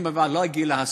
שהיו מעורבים בדבר,